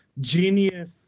genius